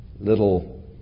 little